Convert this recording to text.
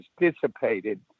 dissipated